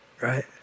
right